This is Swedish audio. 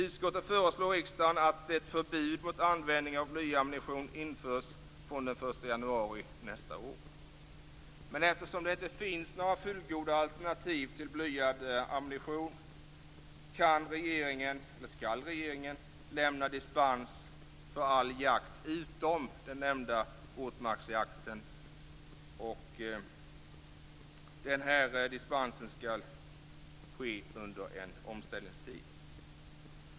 Utskottet föreslår riksdagen att ett förbud mot användning av blyammunition införs från den 1 januari nästa år. Men eftersom det inte finns några fullgoda alternativ till blyad ammunition skall regeringen lämna dispens för all jakt utom för den nämnda våtmarktsjakten. Denna dispens skall lämnas under en omställningstid.